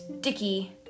sticky